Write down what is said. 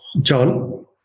John